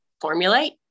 formulate